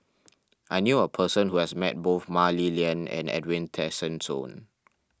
I knew a person who has met both Mah Li Lian and Edwin Tessensohn